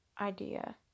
idea